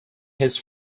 his